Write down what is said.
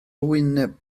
wyneb